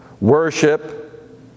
worship